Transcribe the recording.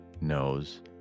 knows